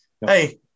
Hey